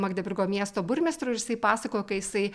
magdeburgo miesto burmistru ir jisai pasakojo kai jisai